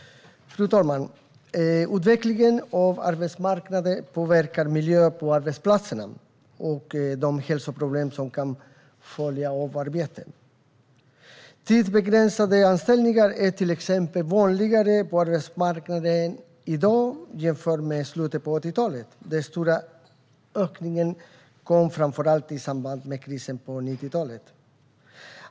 Fru talman! Utvecklingen av arbetsmarknaden påverkar miljön på arbetsplatserna och de hälsoproblem som kan följa av arbetet. Tidsbegränsade anställningar är till exempel vanligare på arbetsmarknaden i dag än de var i slutet av 80-talet. Den stora ökningen kom framför allt i samband med krisen på 90-talet.